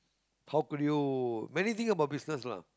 how could you many thing about business lah